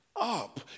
up